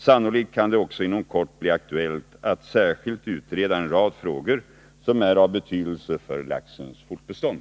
Sannolikt kan det också inom kort bli aktuellt att särskilt utreda en rad frågor som är av betydelse för laxens fortbestånd.